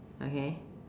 okay